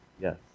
Yes